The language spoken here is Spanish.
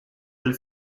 del